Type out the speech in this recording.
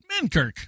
Mankirk